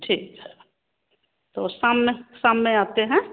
ठीक है तो शाम में शाम में आते हैं